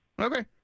okay